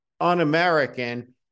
un-American